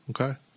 Okay